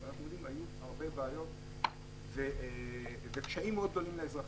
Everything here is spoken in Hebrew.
אנחנו יודעים שהיו הרבה בעיות וקשיים מאוד גדולים לאזרחים.